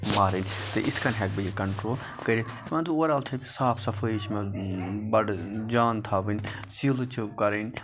مارٕنۍ تہٕ اِتھ کٔنۍ ہیٚکہٕ بہٕ یہِ کَنٹرول کٔرِتھ مان ژٕ اوٚوَرآل چھِ صاف صَفٲیی چھِ مےٚ بَڑٕ جان تھاوٕنۍ سیٖلہٕ چھِ کَرٕنۍ